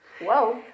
Whoa